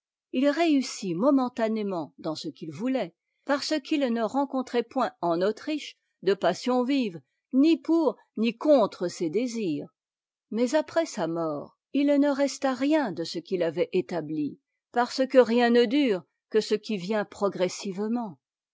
il réussit momentanément dans ce qu'il voulait parce qu'il ne rencontra point en autriche de passion vive ni pour ni contre ses désirs mais après sa mort il ne resta rien de ce qu'il avait étab i parce que rien ne dure que ce qui vient progressivement